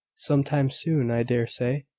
some time soon, i dare say.